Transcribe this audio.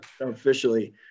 officially